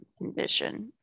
condition